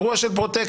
אירוע של פרוטקשן.